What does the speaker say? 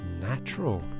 natural